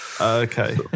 okay